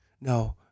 No